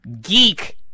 geek